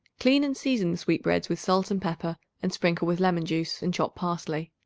clean and season the sweetbreads with salt and pepper and sprinkle with lemon-juice and chopped parsley.